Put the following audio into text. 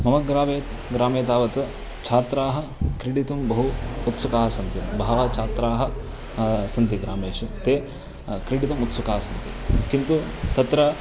मम ग्रामे ग्रामे तावत् छात्राः क्रीडितुं बहु उत्सुकाः सन्ति बहवः छात्राः सन्ति ग्रामेषु ते क्रीडितुम् उत्सुकाः सन्ति किन्तु तत्र